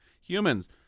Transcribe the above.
humans